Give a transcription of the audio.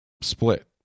split